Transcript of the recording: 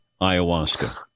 ayahuasca